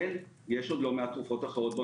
יש לא מעט תרופות אחרות.